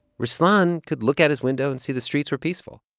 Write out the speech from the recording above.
ruslan could look out his window and see the streets where peaceful.